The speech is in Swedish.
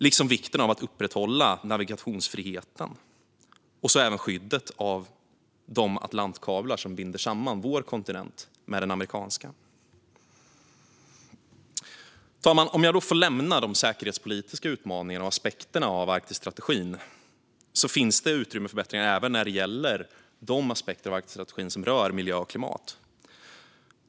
Det handlar också om att upprätthålla navigationsfriheten och även skyddet av de många Atlantkablar som binder samman vår kontinent med den amerikanska. Fru talman! Låt mig lämna de säkerhetspolitiska utmaningarna och de säkerhetspolitiska aspekterna av Arktisstrategin. Det finns utrymme för förbättring även när det gäller de aspekter av strategin som rör miljö och klimat.